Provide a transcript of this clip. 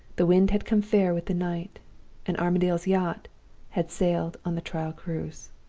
the wind had come fair with the night and armadale's yacht had sailed on the trial cruise.